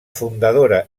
fundadora